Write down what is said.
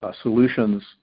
solutions